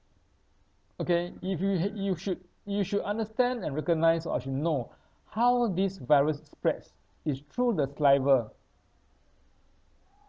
okay if you had you should you should understand and recognise or should know how this virus spreads is through the saliva